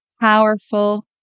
powerful